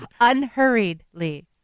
Unhurriedly